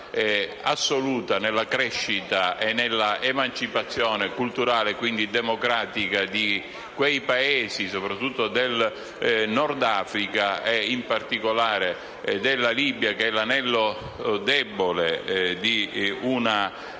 assoluta nella crescita e nell'emancipazione culturale, e quindi democratica, di taluni Paesi, soprattutto del Nord Africa, e in particolare della Libia, che è l'anello debole di una